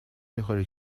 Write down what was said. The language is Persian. میخوری